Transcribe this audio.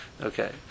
Okay